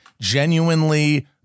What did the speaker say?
genuinely